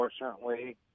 unfortunately